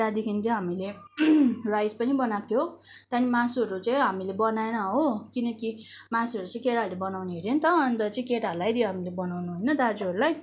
त्यहाँदेखि चाहिँ हामीले राइस पनि बनाएको थियो त्यहाँदेखि मासुहरू चाहिँ हामीले बनाएन हो किनकि मासुहरू चाहिँ केटाहरूले बनाउने हरे नि त अन्त चाहिँ केटाहरूलाई दियो हामीले बनाउनु होइन दाजुहरूलाई